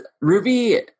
Ruby